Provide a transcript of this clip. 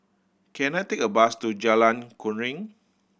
can I take a bus to Jalan Keruing